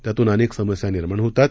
त्यातून अनेक समस्या निर्माण होतात